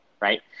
right